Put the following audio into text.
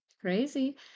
crazy